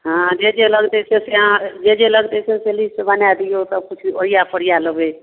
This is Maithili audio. हँ जे जे लगतै से से अहाँ जे जे लगतै से से लिस्ट बनाए दियौ सभकिछु ओरिया पोरिया लेबै